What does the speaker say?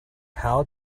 how